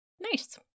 Nice